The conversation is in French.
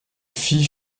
fit